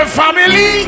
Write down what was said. family